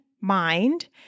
mind